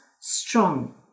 strong